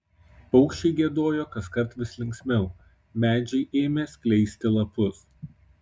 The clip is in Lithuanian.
paukščiai giedojo kaskart vis linksmiau medžiai ėmė skleisti lapus